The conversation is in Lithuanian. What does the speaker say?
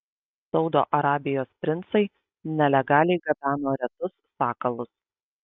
saudo arabijos princai nelegaliai gabeno retus sakalus